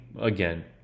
again